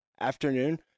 afternoon